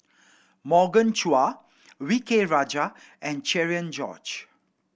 Morgan Chua V K Rajah and Cherian George